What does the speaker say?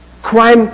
Crime